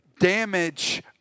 damage